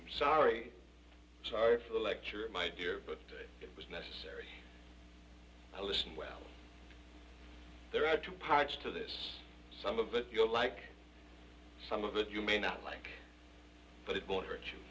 i'm sorry sorry for the lecture my dear but it was necessary to listen well there are two parts to this some of it you'll like some of it you may not like but it will hurt you